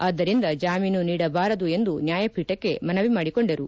ಆದ್ದರಿಂದ ಜಾಮೀನು ನೀಡಬಾರದು ಎಂದು ನ್ಯಾಯಪೀಠಕ್ಕೆ ಮನವಿ ಮಾಡಿಕೊಂಡರು